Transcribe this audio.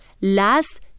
Last